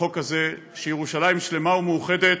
בחוק הזה שירושלים שלמה ומאוחדת,